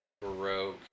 broke